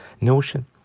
notion